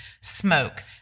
smoke